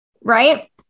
right